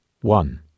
One